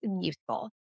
useful